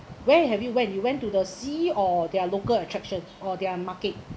where have you went you went to the sea or their local attraction or their market